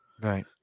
Right